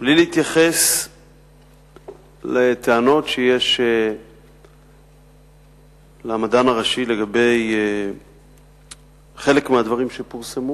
בלי להתייחס לטענות שיש למדען הראשי לגבי חלק מהדברים שפורסמו,